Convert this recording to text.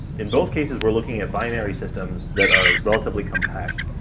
in both cases, we're looking at binary systems that are relatively compact,